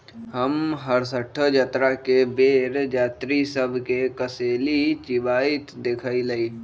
हम हरसठ्ठो जतरा के बेर जात्रि सभ के कसेली चिबाइत देखइलइ